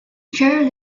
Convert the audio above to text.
chair